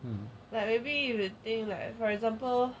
like maybe if you think that for example